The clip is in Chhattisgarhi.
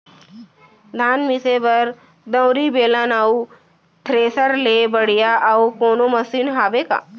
धान मिसे बर दउरी, बेलन अऊ थ्रेसर ले बढ़िया अऊ कोनो मशीन हावे का?